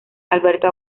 alberto